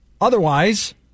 Otherwise